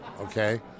okay